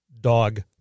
Dog